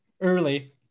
early